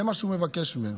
זה מה שהוא מבקש ממנו.